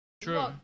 True